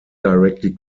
directly